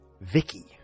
vicky